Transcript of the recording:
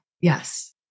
yes